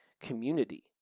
community